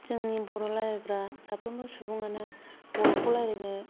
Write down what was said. जोंनि बर' रायलायग्रा साफ्रोमबो सुबुंआनो बर'खौ रायलायनो